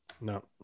No